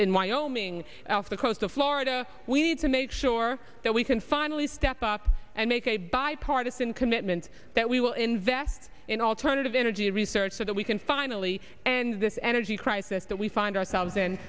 in wyoming off the coast of florida we need to make sure that we can finally step up and make a bipartisan commitment that we will invest in alternative energy research so that we can finally and this energy crisis that we find ourselves